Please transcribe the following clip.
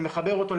אני מחבר אותו,